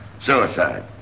suicide